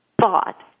thought